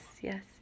Yes